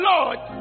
Lord